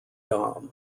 dame